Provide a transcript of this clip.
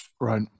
Right